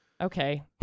okay